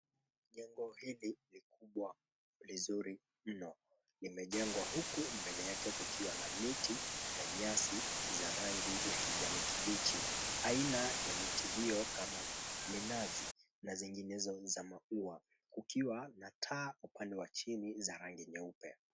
Jengo hili likubwa lizuri mno limejengwa huku mbele yake kukiwa na miti na nyasi za rangi ya kijani kibichi. Aina ya miti hiyo kama minazi na zinginezo za maua kukiwa na taa upande wa chini za rangi nyeupe.